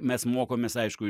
mes mokomės aišku